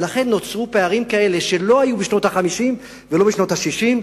ולכן נוצרו פערים כאלה שלא היו בשנות ה-50 ולא בשנות ה-60.